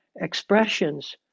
expressions